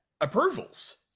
approvals